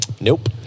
Nope